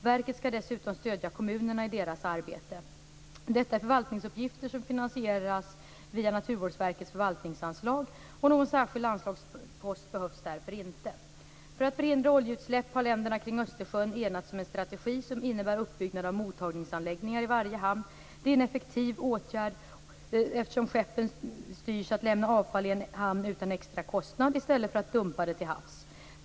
Verket skall dessutom stödja kommunerna i deras arbete. Dessa uppgifter är förvaltningsuppgifter som finansieras med Naturvårdsverkets förvaltningsanslag. Någon särskild anslagspost behövs därför inte för detta arbete. För att förhindra oljeutsläpp har länderna kring Östersjön enats om en strategi som innebär uppbyggnad av mottagningsanläggningar i varje hamn. Detta är en effektiv åtgärd, eftersom skeppen styrs att lämna avfall i en hamn utan extra kostnad, i stället för att dumpa det till havs.